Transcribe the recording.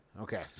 okay